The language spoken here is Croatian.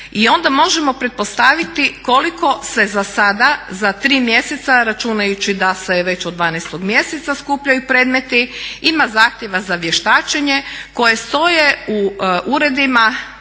i onda možemo pretpostaviti koliko se zasada za 3 mjeseca, računajući da se već od 12. mjeseca skupljaju predmeti, ima zahtjeva za vještačenje koji stoje u uredima